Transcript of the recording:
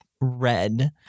red